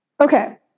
okay